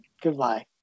Goodbye